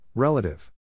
Relative